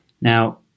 Now